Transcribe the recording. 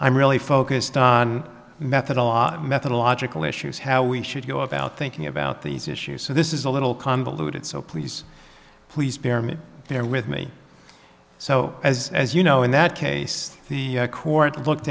i'm really focused on method a lot methodological issues how we should go about thinking about these issues so this is a little convoluted so please please bear me there with me so as as you know in that case the court looked